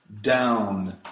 down